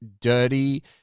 dirty